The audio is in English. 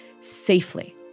safely